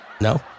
no